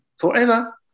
Forever